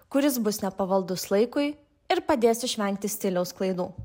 kuris bus nepavaldus laikui ir padės išvengti stiliaus klaidų